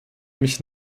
mich